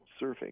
surfing